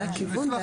זה הכיוון.